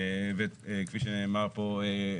כפי שנאמר פה,